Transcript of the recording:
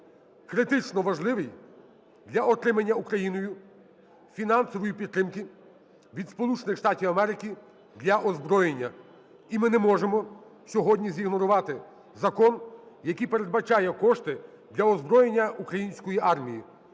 критично важливий для отримання Україною фінансової підтримки від Сполучених Штатів Америки для озброєння, і ми не можемо сьогодні зігнорувати закон, який передбачає кошти для озброєння української армії.